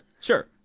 Sure